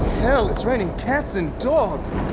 hell, it's raining cats and dogs!